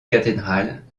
cathédrale